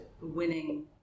winning